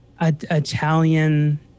Italian